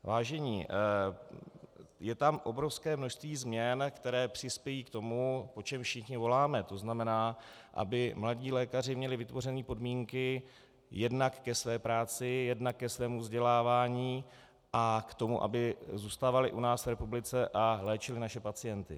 Vážení, je tam obrovské množství změn, které přispějí k tomu, po čem všichni voláme, to znamená, aby mladí lékaři měli vytvořeny podmínky jednak ke své práci, jednak ke svému vzdělávání a k tomu, aby zůstávali u nás v republice a léčili naše pacienty.